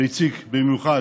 ואיציק במיוחד,